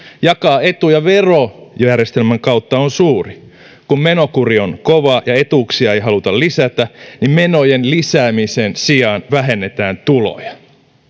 jakaa etuja verojärjestelmän kautta on suuri kun menokuri on kova ja etuuksia ei haluta lisätä niin menojen lisäämisen sijaan vähennetään tuloja